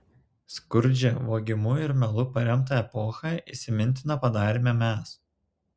skurdžią vogimu ir melu paremtą epochą įsimintina padarėme mes